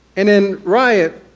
and then riot,